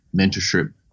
mentorship